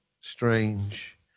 strange